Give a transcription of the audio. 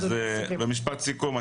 במשפט סיכום,